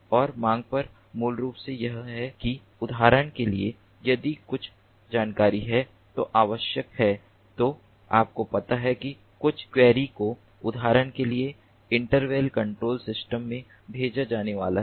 और मांग पर मूल रूप से यह है कि उदाहरण के लिए यदि कुछ जानकारी है जो आवश्यक है तो आपको पता है कि कुछ क्वेरी को उदाहरण के लिए इन्वेंट्री कंट्रोल सिस्टम में भेजा जाने वाला है